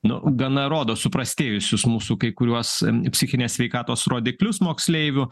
nu gana rodo suprastėjusius mūsų kai kuriuos psichinės sveikatos rodiklius moksleivių